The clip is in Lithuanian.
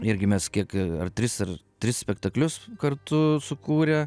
irgi mes kiek ar tris ar tris spektaklius kartu sukūrę